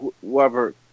whoever